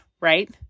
right